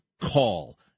call